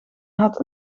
had